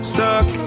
Stuck